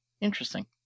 Interesting